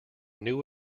knew